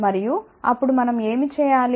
మరియు అప్పుడు మనం ఏమి చేయాలి